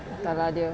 entah lah dia